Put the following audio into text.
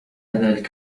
ذلك